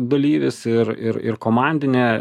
dalyvis ir ir ir komandinė